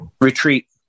retreat